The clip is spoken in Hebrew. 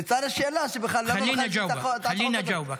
לצד השאלה למה צריך את הצעת החוק הזאת?